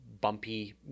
bumpy